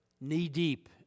knee-deep